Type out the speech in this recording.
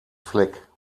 fleck